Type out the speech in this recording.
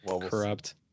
corrupt